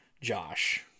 Josh